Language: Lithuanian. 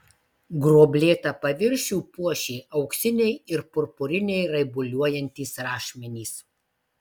gruoblėtą paviršių puošė auksiniai ir purpuriniai raibuliuojantys rašmenys